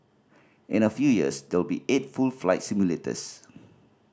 in a few years there will be eight full flight simulators